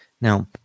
Now